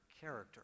character